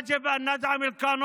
אנחנו צריכים לתמוך בחוק